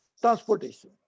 transportation